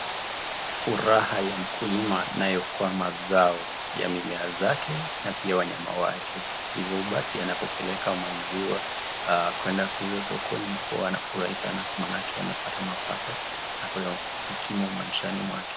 Furaha ya mkulima inakuwa mazao ya mimea zake ya wanyama wake hivyo basi anafaa kupeleka maziwa kwenda kuuza sokoni huwa anafurahi sana maanake amepata mapato chaku kukimu maishani mwake.